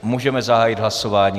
Můžeme zahájit hlasování.